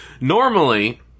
Normally